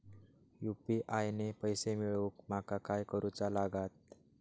UPI ने पैशे मिळवूक माका काय करूचा लागात?